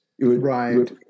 Right